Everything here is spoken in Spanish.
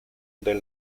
del